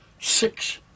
six